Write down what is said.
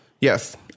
yes